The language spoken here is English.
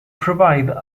provide